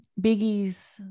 Biggie's